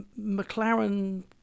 McLaren